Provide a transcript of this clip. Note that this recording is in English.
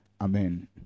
Amen